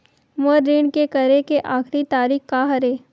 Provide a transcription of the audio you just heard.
मोर ऋण के करे के आखिरी तारीक का हरे?